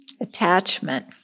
Attachment